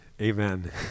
amen